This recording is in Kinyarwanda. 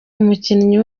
umukinnyi